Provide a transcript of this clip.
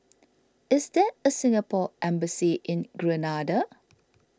is there a Singapore Embassy in Grenada